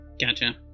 Gotcha